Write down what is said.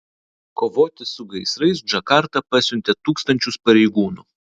kovoti su gaisrais džakarta pasiuntė tūkstančius pareigūnų